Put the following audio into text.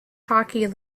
hockey